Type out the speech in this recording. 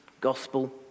gospel